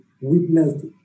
witnessed